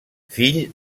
fill